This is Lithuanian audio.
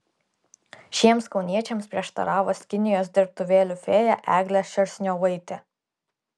šiems kauniečiams prieštaravo skinijos dirbtuvėlių fėja eglė šerstniovaitė